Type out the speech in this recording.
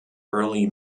early